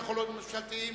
בתי-חולים ממשלתיים,